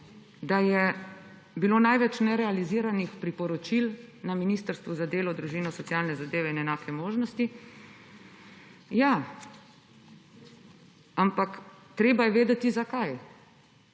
da je bilo največ nerealiziranih priporočil na Ministrstvu za delo, družino, socialne zadeve in enake možnosti. Ja, ampak treba je vedeti zakaj